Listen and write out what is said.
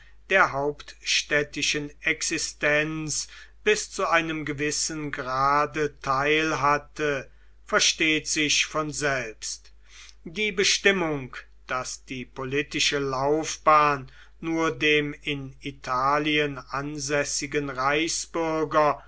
der hauptstädtischen existenz bis zu einem gewissen grade teilhatte versteht sich von selbst die bestimmung daß die politische laufbahn nur dem in italien ansässigen reichsbürger